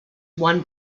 won